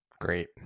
great